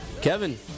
Kevin